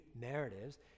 narratives